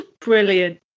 Brilliant